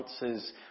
answers